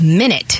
minute